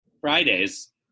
Fridays